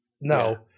No